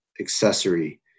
accessory